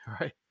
Right